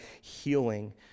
healing